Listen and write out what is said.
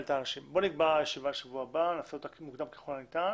נקבע ישיבה לשבוע הבא ונעשה אותה מוקדם ככל הניתן.